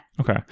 Okay